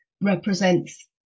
represents